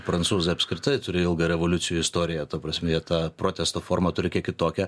prancūzai apskritai turi ilgą revoliucijų istoriją ta prasme jie tą protesto formą turi kiek kitokią